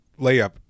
layup